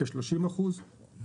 מחזיקה בכ-30 אחוזים.